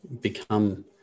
become